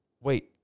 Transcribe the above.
wait